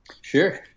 Sure